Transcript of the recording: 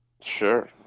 Sure